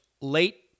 late